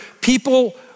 people